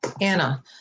Anna